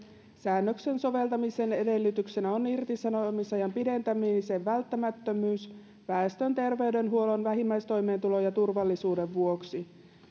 säännöksen soveltamisen edellytyksenä on irtisanomisajan pidentämisen välttämättömyys väestön terveydenhuollon vähimmäistoimeentulon ja turvallisuuden vuoksi